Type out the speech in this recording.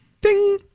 Ding